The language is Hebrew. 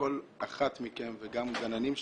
וכל אחת מכן וגם גננים שיש,